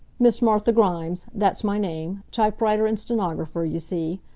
miss martha grimes that's my name typewriter and stenographer, you see.